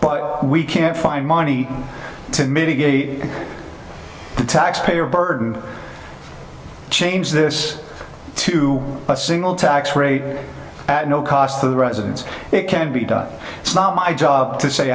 but we can't find money to mitigate the taxpayer burden change this to a single tax rate at no cost to the residents it can be done it's not my job to say